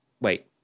Wait